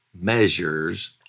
measures